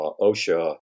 OSHA